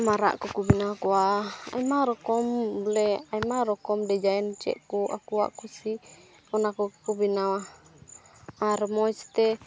ᱢᱟᱨᱟᱜ ᱠᱚᱠᱚ ᱵᱮᱱᱟᱣ ᱠᱚᱣᱟ ᱟᱭᱢᱟ ᱨᱚᱠᱚᱢ ᱵᱚᱞᱮ ᱟᱭᱢᱟ ᱨᱚᱠᱚᱢ ᱰᱤᱡᱟᱭᱤᱱ ᱪᱮᱫ ᱠᱚ ᱟᱠᱚᱣᱟᱜ ᱠᱩᱥᱤ ᱚᱱᱟ ᱠᱚᱠᱚ ᱵᱮᱱᱟᱣᱟ ᱟᱨ ᱢᱚᱡᱽ ᱛᱮ